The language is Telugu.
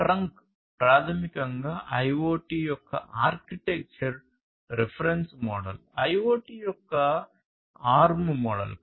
ట్రంక్ ప్రాథమికంగా IoT యొక్క ఆర్కిటెక్చర్ రిఫరెన్స్ మోడల్ IoT యొక్క ఆర్మ్ మోడల్